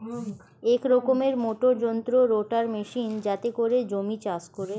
এক রকমের মোটর যন্ত্র রোটার মেশিন যাতে করে জমি চাষ করে